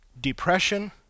depression